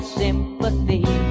sympathy